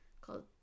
called